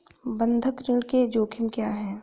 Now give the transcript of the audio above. बंधक ऋण के जोखिम क्या हैं?